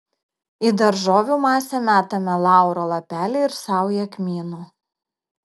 į daržovių masę metame lauro lapelį ir saują kmynų